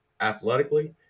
athletically